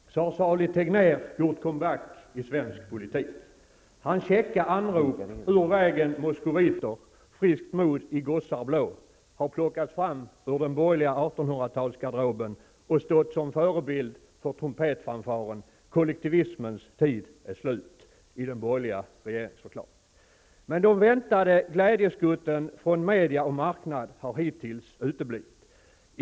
Herr talman! Så har salig Tegner gjort come-back i svensk politik. Hans käcka anrop ''Ur vägen moskoviter, friskt mod I gossar blå'' har plockats fram ur den borgerliga 1800-talsgarderoben och stått som förebild för trumpetfanfaren -- ''Kollektivismens tid är slut'' -- i den borgerliga regeringsförklaringen. Men de väntade glädjeskutten från media och marknad har hittills uteblivit.